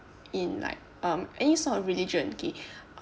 in like um any sort of religion okay